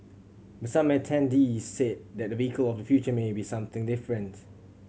but some attendees said that the vehicle of the future may be something different